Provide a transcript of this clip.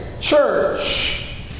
church